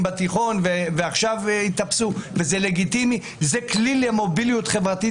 ואני בעד המכללות, זה כלי למוביליות חברתית.